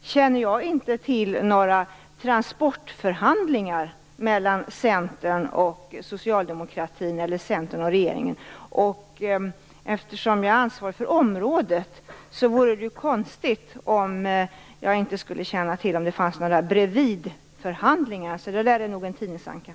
känner jag inte till några transportförhandlingar mellan Centern och regeringen, och eftersom jag har ansvar för området vore det ju konstigt om jag inte skulle känna till om det fanns några "bredvidförhandlingar". Så det där är nog en tidningsanka.